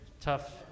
tough